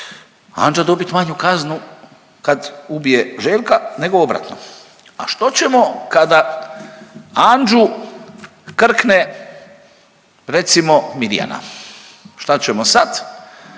Anđa dobit manju kaznu kad ubije Željka nego obratno. A što ćemo kada Anđu krkne recimo Mirjana, šta ćemo sad.